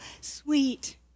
sweet